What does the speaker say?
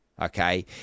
okay